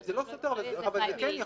--- זה לא סותר, אבל זה כן יכול